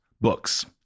books